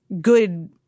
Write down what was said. good